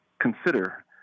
consider